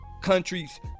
countries